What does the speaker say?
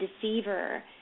deceiver